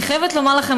אני חייבת לומר לכם,